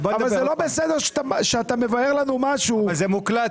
אבל זה לא בסדר שאתה מבאר לנו משהו --- אבל זה מוקלט,